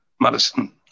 Madison